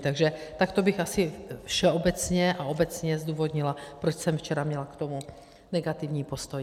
Takže takto bych asi všeobecně a obecně zdůvodnila, proč jsem včera měla k tomu negativní postoj.